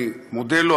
אני מודה לו,